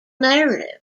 narrative